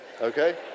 okay